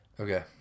Okay